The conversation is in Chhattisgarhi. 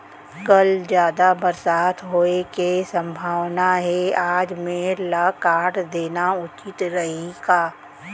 कल जादा बरसात होये के सम्भावना हे, आज मेड़ ल काट देना उचित रही का?